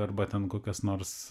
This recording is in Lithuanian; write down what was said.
arba ten kokias nors